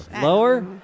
Lower